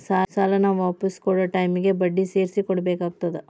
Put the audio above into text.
ಸಾಲಾನ ವಾಪಿಸ್ ಕೊಡೊ ಟೈಮಿಗಿ ಬಡ್ಡಿ ಸೇರ್ಸಿ ಕೊಡಬೇಕಾಗತ್ತಾ